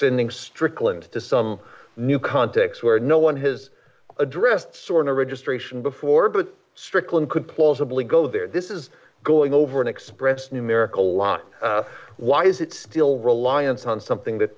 sending strickland to some new context where no one has addressed sort of registration before but strickland could plausibly go there this is going over an express numerical law why is it still reliance on something that